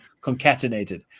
concatenated